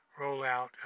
rollout